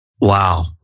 Wow